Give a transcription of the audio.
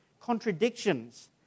contradictions